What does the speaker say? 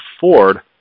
Ford